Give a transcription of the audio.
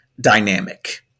dynamic